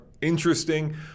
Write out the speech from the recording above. Interesting